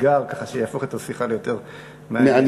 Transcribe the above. אתגר שיהפוך את השיחה ליותר מעניינת.